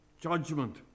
judgment